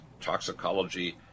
toxicology